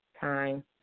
time